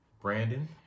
Brandon